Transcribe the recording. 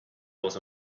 was